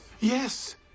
Yes